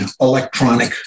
electronic